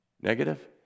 Negative